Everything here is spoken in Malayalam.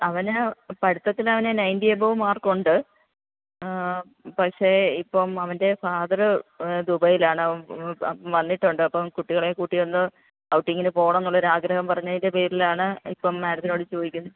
അവന് പഠിത്തത്തിൽ അവൻ നൈൺറ്റി എബൗവ് മാർക്കുണ്ട് പക്ഷെ ഇപ്പോള് അവൻ്റെ ഫാദര് ദുബൈയിലാണ് വന്നിട്ടുണ്ട് അപ്പോള് കുട്ടികളെ കൂട്ടിയൊന്ന് ഔട്ടിങ്ങിന് പോകണമെന്നുള്ള ഒരു ആഗ്രഹം പറഞ്ഞതിൻ്റെ പേരിലാണ് ഇപ്പോള് മേഡത്തിനോട് ചോദിക്കുന്നത്